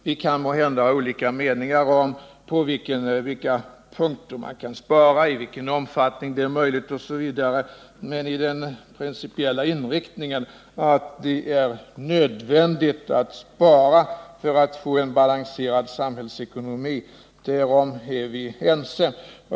Vi kan måhända ha olika meningar om på vilka punkter vi kan spara, i vilken omfattning det är möjligt osv., men vi är ense om den principiella inriktningen att det är nödvändigt att spara för att få en balanserad samhällsekonomi.